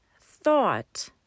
thought